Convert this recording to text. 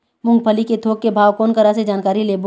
मूंगफली के थोक के भाव कोन करा से जानकारी लेबो?